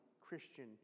Christian